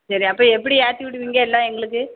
சரி அப்போ எப்படி ஏற்றிவிடுவீங்க எல்லாம் எங்களுக்கு